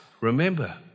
Remember